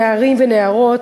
נערים ונערות,